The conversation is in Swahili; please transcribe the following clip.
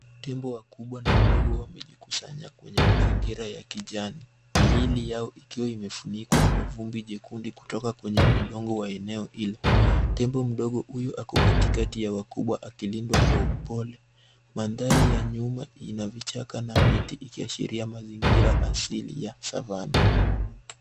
Tembo wakubwa na mdogo wamejikusanya kwenye mazingira ya kijani miili yao ikiwa imefunikwa kwa vumbi jekundu kutoka kwenye udongo wa eneo hilo. Tembo mdogo huyo ako katikati ya wakubwa akilindwa kwa upole. Mandhari ya nyuma ina vichaka na miti ikiashiria mazingira asili ya Savannah.